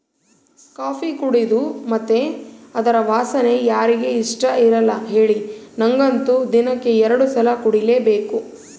coffee ಕುಡೇದು ಮತ್ತೆ ಅದರ ವಾಸನೆ ಯಾರಿಗೆ ಇಷ್ಟಇರಲ್ಲ ಹೇಳಿ ನನಗಂತೂ ದಿನಕ್ಕ ಎರಡು ಸಲ ಕುಡಿಲೇಬೇಕು